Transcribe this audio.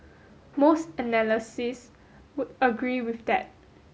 most analysts would agree with that